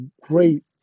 great